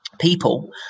people